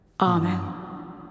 Amen